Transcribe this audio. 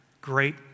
great